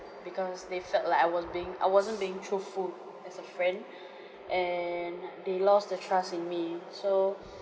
because they felt like I was being I wasn't being truthful as a friend and they lost the trust in me so